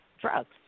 drugs